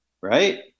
right